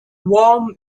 war